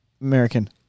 American